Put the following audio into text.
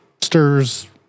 stirs